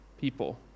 people